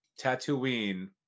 Tatooine